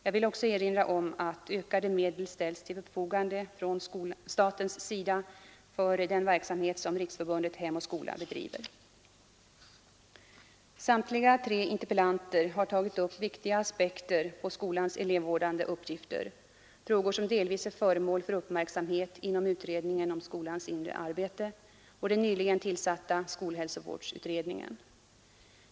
Jag vill också erinra om att ökade medel ställts till förfogande från statens sida för den verksamhet som Riksförbundet Hem och skola bedriver. Samtliga tre interpellanter har tagit upp viktiga aspekter på skolans elevvårdande uppgifter, frågor som delvis är föremål för uppmärksamhet inom utredningen om skolans inre arbete och den nyligen tillsatta skolhälsovårdsutredningen.